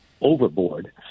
overboard